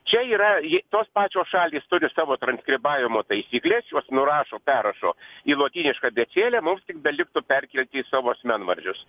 čia yra tos pačios šalys turi savo transkribavimo taisykles juos nurašo perrašo į lotynišką abėcėlę mums tik beliktų perkelti į savo asmenvardžius